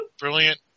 brilliant